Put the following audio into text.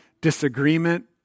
disagreement